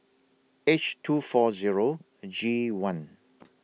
H two four Zero G one